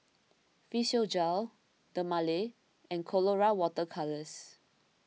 Physiogel Dermale and Colora Water Colours